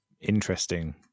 interesting